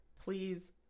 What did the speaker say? please